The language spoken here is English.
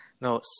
no